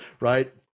right